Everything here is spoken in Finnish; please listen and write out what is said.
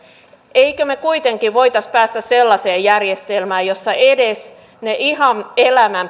emmekö me kuitenkin voisi päästä sellaiseen järjestelmään jossa edes ne ihan elämän